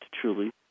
truly